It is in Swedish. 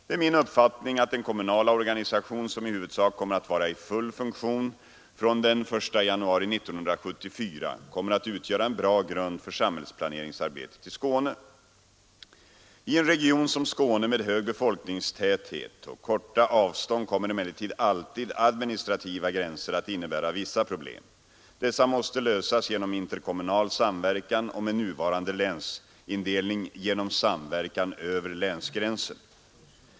Det är min uppfattning att den kommunala organisation som i huvudsak kommer att vara i full funktion från den 1 januari 1974 kommer att utgöra en bra grund för samhällsplaneringsarbetet i Skåne. I en region som Skåne med hög befolkningstäthet och korta avstånd kommer emellertid alltid administrativa gränser att innebära vissa problem. Dessa måste lösas genom interkommunal samverkan och — med nuvarande länsindelning — genom samverkan över länsgränsen.